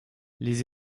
les